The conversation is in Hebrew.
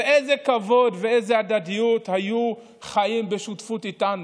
באיזה כבוד, באיזו הדדיות היו חיים בשותפות איתנו.